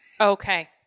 Okay